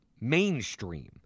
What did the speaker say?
mainstream